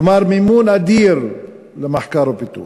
כלומר, מימון אדיר למחקר ופיתוח.